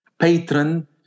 patron